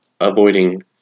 avoiding